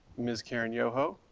ms. karen yoho,